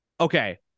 Okay